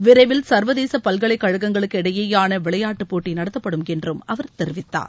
விரைவில் சர்வதேச பல்கலைக்கழகங்களுக்கு இடையேயாள விளையாட்டுப்போட்டி நடத்தப்படும் என்று அவர் தெரிவித்தார்